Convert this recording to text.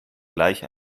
gleich